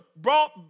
brought